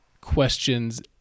questions